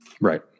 Right